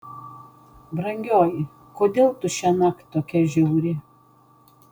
brangioji kodėl tu šiąnakt tokia žiauri